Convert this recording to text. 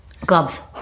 Gloves